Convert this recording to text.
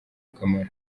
akamaro